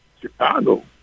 Chicago